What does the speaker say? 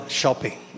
shopping